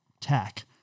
tech